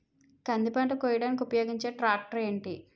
కంది పంట కోయడానికి ఉపయోగించే ట్రాక్టర్ ఏంటి?